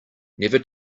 never